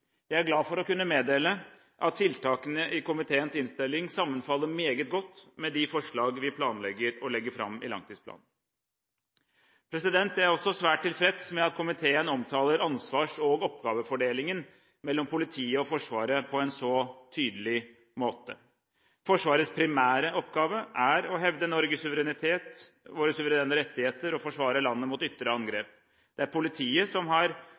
Jeg er glad for å kunne meddele at tiltakene i komiteens innstilling sammenfaller meget godt med de forslag vi planlegger å legge fram i langtidsplanen. Jeg er også svært tilfreds med at komiteen omtaler ansvars- og oppgavefordelingen mellom politiet og Forsvaret på en så tydelig måte. Forsvarets primære oppgaver er å hevde Norges suverenitet og suverene rettigheter og forsvare landet mot ytre angrep. Det er politiet som har